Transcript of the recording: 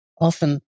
often